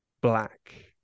black